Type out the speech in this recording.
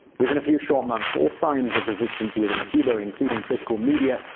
within a few short months all signs of resistance within cuba, including critical media,